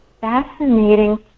fascinating